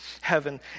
heaven